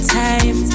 time